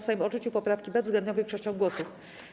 Sejm odrzucił poprawki bezwzględną większością głosów.